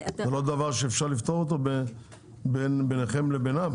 זה לא דבר שאפשר לפתור אותו ביניכם לבינם?